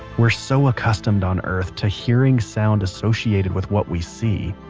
we're so accustomed on earth to hearing sound associated with what we see.